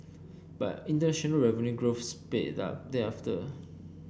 but international revenue growth sped up thereafter